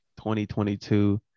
2022